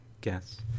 guess